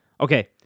okay